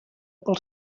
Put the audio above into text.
pel